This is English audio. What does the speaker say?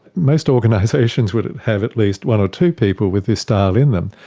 most organisations would have at least one or two people with this style in them.